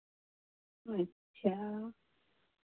ओ अच्छा